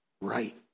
right